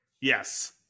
Yes